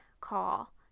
call